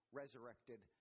resurrected